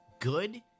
good